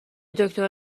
دکتر